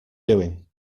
doing